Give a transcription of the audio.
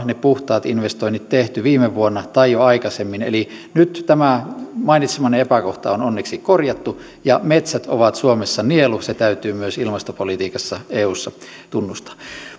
ne puhtaat investoinnit tehty viime vuonna tai jo aikaisemmin nyt tämä mainitsemanne epäkohta on onneksi korjattu ja metsät ovat suomessa nielu se täytyy myös ilmastopolitiikassa eussa tunnustaa